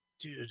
Dude